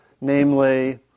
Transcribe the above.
Namely